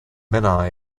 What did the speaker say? menai